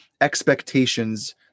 expectations